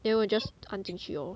then 我 just 按进去 lor